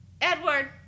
edward